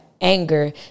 anger